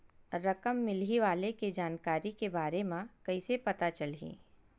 रकम मिलही वाले के जानकारी के बारे मा कइसे पता चलही?